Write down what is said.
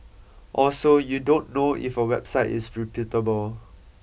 also you don't know if a website is reputable